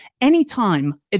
Anytime